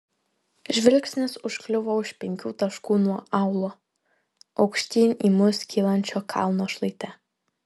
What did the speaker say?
žvilgsnis užkliuvo už penkių taškų nuo aūlo aukštyn į mus kylančio kalno šlaite